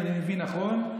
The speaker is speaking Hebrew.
אם אני מבין נכון,